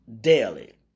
daily